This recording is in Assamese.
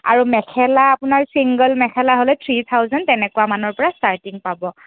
আৰু মেখেলা আপোনাৰ চিংগল মেখেলা হ'লে থ্ৰী থাউজেণ্ড তেনেকুৱামানৰপৰা ষ্টাৰ্টিং পাব